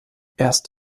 erst